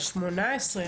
על 2018,